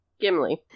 gimli